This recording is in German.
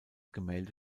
gemälde